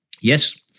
Yes